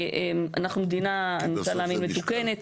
אנחנו מדינה אני רוצה להאמין מתוקנת.